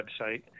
website